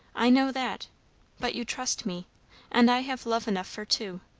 i know that but you trust me and i have love enough for two.